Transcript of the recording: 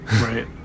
Right